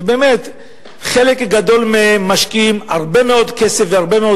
שבאמת חלק גדול מהם משקיעים הרבה מאוד כסף והרבה מאוד